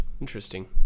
Interesting